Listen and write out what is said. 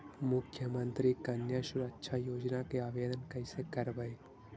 मुख्यमंत्री कन्या सुरक्षा योजना के आवेदन कैसे करबइ?